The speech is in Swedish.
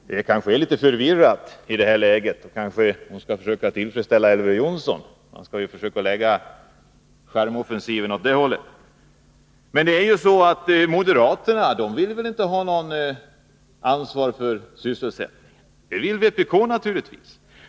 Det är kanske litet förvirrande i det här läget, när man kanske skall försöka att tillfredsställa Elver Jonsson och lägga charmoffensiven åt det hållet. Moderaterna vill väl inte ha något ansvar för sysselsättningen, som vpk naturligtvis vill.